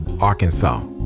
Arkansas